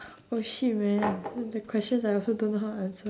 oh shit man the questions I also don't know how answer